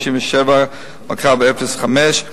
2557/05,